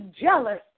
jealous